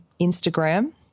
Instagram